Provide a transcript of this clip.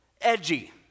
edgy